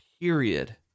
period